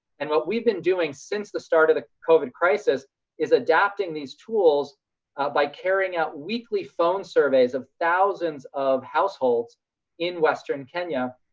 and what we've been doing since the start of the covid crisis is adapting these tools by carrying out weekly phone surveys of thousands of households in western kenya,